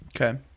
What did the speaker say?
Okay